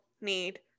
need